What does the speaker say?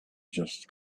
just